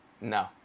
No